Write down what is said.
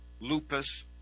lupus